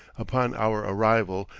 upon our arrival,